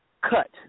cut